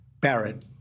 Barrett